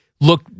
look